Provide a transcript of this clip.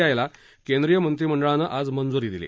I ला केंद्रीय मंत्रीमंडळानं आज मंजूरी दिली